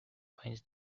finds